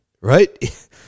right